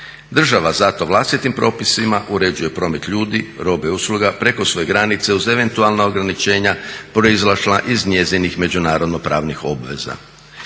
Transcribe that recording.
Država zato vlastitim propisima uređuje promet ljudi, robe i usluga, preko svoje granice uz eventualna ograničenja proizašla iz njezinih međunarodno pravnih obveza.